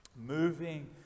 Moving